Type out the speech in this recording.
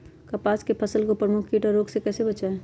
कपास की फसल को प्रमुख कीट और रोग से कैसे बचाएं?